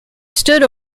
stood